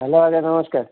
hello ଆଜ୍ଞା ନମସ୍କାର